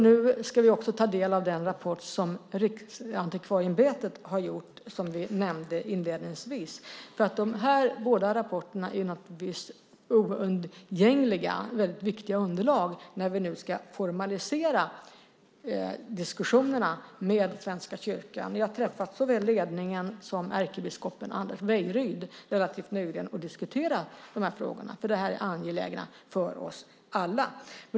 Nu ska vi också ta del av den rapport som Riksantikvarieämbetet har gjort som vi nämnde inledningsvis, för dessa båda rapporter är förstås oundgängliga och väldigt viktiga underlag när vi nu ska formalisera diskussionerna med Svenska kyrkan. Jag har träffat såväl ledningen som ärkebiskopen Anders Wejryd relativt nyligen och diskuterat de här frågorna, eftersom detta är angeläget för oss alla.